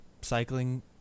cycling